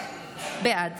בעד